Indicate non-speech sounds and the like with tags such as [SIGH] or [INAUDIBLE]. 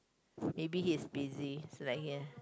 [NOISE] maybe he's busy [NOISE]